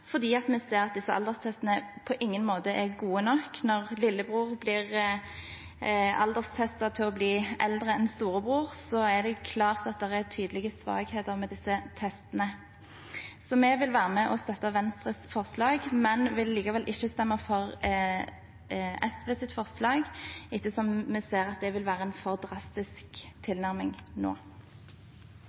vi ser at disse alderstestene på ingen måte er gode nok. Når lillebror blir alderstestet til å være eldre enn storebror, er det klart at det er tydelige svakheter ved disse testene. Så vi vil være med og støtte Venstres forslag, men vil likevel ikke stemme for SVs forslag, ettersom vi ser at det vil være en for drastisk tilnærming nå.